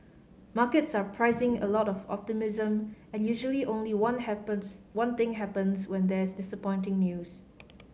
markets are pricing a lot of optimism and usually only one happens one thing happens when there is disappointing news